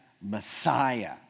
Messiah